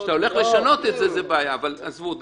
זה בעיה אבל עזבו,